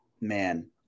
man